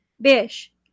Bish